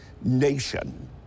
nation